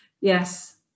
yes